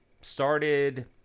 started